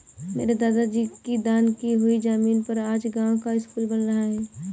मेरे दादाजी की दान की हुई जमीन पर आज गांव का स्कूल बन रहा है